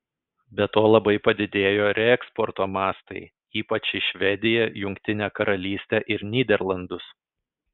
be to labai padidėjo reeksporto mastai ypač į švediją jungtinę karalystę ir nyderlandus